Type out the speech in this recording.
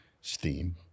steam